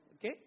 Okay